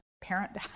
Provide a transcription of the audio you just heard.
parent